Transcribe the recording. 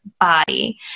body